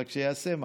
רק שיעשה משהו,